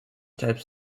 types